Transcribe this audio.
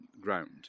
ground